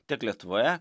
tiek lietuvoje